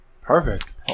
Perfect